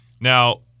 Now